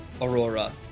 Aurora